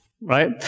right